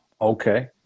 Okay